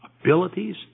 abilities